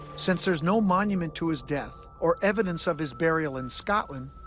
since there's no monument to his death or evidence of his burial in scotland,